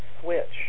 switch